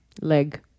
leg